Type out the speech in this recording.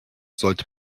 sollte